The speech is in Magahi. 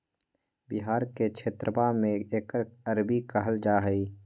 बिहार के क्षेत्रवा में एकरा अरबी कहल जाहई